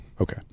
Okay